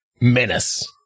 Menace